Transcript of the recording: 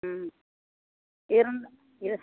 ம் இருந்தா இரு